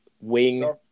wing